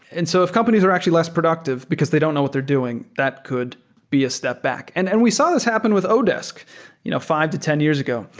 and so if companies are actually less productive because they don't know what they're doing, that could be a step back. and and we saw this happen with odesk you know five to ten years ago,